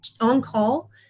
on-call